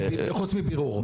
חוץ מבירור.